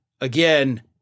again